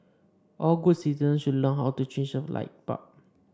all good citizens should learn how to change a light bulb